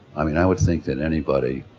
i mean i would think that anybody